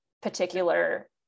particular